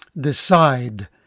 decide